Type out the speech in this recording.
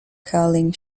curling